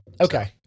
Okay